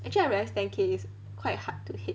actually I realise ten K is quite hard to hit